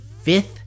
fifth